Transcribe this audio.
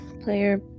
player